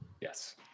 Yes